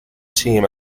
team